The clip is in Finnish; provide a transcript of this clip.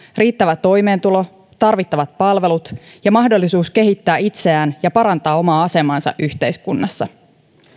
riittävä toimeentulo tarvittavat palvelut ja mahdollisuus kehittää itseään ja parantaa omaa asemaansa yhteiskunnassa